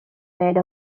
made